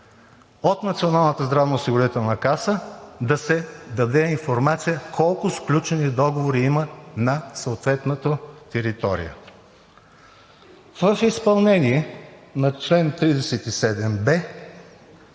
каса да се даде информация колко сключени договори има на съответната територия. В изпълнение на чл. 37б